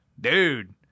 dude